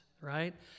right